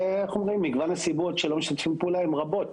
ואיך אומרים שמגוון הנושאים שלא משתפים פעולה הן רבות.